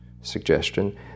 suggestion